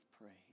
praise